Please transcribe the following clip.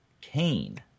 Cain